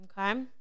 okay